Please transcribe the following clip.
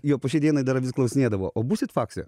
jo po šiai dienai dar vis klausinėdavo o būsit fakse